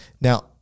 Now